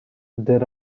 there